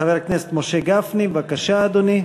חבר הכנסת משה גפני, בבקשה, אדוני.